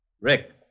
Rick